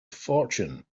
fortune